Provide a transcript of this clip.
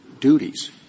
duties